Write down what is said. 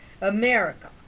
America